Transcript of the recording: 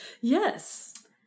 Yes